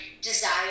desire